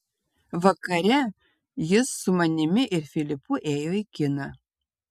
vakare jis su manimi ir filipu ėjo į kiną